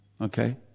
Okay